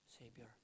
Savior